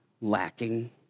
lacking